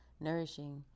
nourishing